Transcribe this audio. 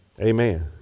Amen